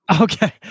Okay